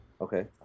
okay